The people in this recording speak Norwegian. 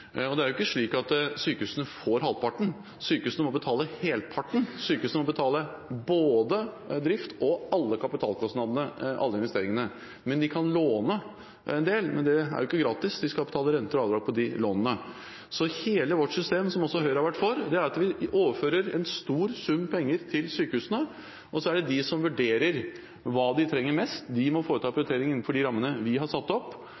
Det er ikke slik at sykehusene får halvparten. Sykehusene må betale det hele. Sykehusene må betale både drifts- og alle kapitalkostnadene, alle investeringene. De kan låne en del, men det er ikke gratis. De skal betale renter og avdrag på de lånene. Så hele vårt system, som også Høyre har vært for, går ut på at vi overfører en stor sum penger til sykehusene, og så er det de som vurderer hva de trenger mest. De må foreta de prioriteringene innenfor de rammene vi har satt opp